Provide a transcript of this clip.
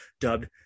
dubbed